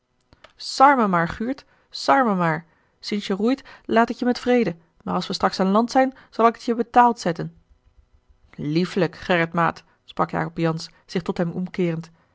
me maar guurt sar me maar sinds je roeit laat ik je met vrede maar als we straks aan land zijn zal ik het je betaald zetten liefelijk gerritmaat sprak jacob jansz zich tot hem omkeerend